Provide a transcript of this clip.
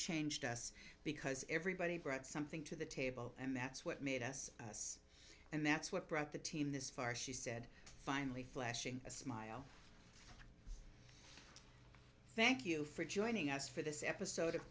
changed us because everybody brought something to the table and that's what made us us and that's what brought the team this far she said finally flashing a smile thank you for joining us for this episode of